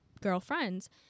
girlfriends